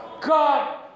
God